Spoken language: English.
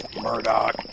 Murdoch